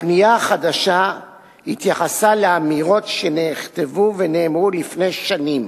הפנייה החדשה התייחסה לאמירות שנכתבו ונאמרו לפני שנים,